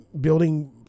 building